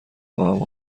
خواهم